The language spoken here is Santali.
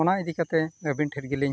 ᱚᱱᱟ ᱤᱫᱤᱠᱟᱛᱮᱫ ᱟᱹᱵᱤᱱ ᱴᱷᱮᱱᱜᱮᱞᱤᱧ